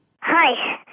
Hi